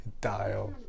dial